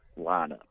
lineup